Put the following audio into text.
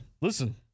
listen